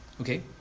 Okay